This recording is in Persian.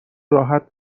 راحت